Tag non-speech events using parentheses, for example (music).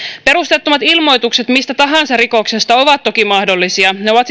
perusteettomat ilmoitukset mistä tahansa rikoksesta ovat toki mahdollisia ne ovat (unintelligible)